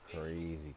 crazy